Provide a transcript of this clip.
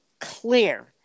clear